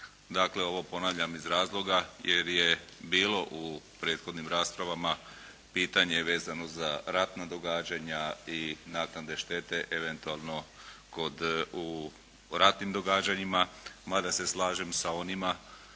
Dakle, ovo ponavljam iz razloga jer je bilo u prethodnim raspravama pitanje vezano za ratna događanja i naknade štete eventualno u ratnim događanjima, ma da se slažem sa onima